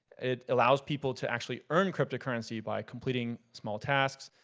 it allows people to actually earn cryptocurrency by completing small tasks.